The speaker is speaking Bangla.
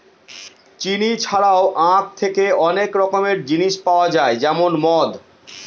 চিনি ছাড়াও আঁখ থেকে অনেক রকমের জিনিস পাওয়া যায় যেমন মদ